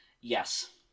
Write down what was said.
Yes